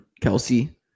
Kelsey